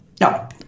No